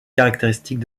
caractéristique